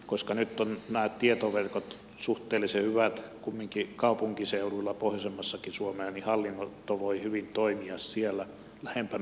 koska nyt ovat nämä tietoverkot suhteellisen hyvät kumminkin kaupunkiseuduilla pohjoisemmassakin suomea niin hallinto voi hyvin toimia siellä lähempänä maaseutua